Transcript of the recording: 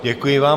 Děkuji vám.